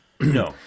no